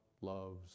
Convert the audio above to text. loves